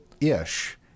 ish